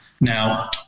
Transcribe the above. now